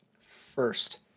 First